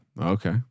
Okay